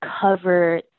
cover